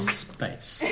space